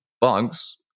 bugs